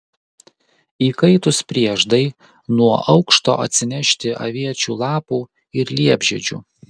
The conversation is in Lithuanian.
įkaitus prieždai nuo aukšto atsinešti aviečių lapų ir liepžiedžių